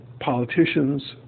politicians